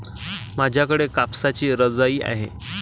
माझ्याकडे कापसाची रजाई आहे